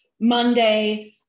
Monday